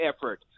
effort